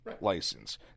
license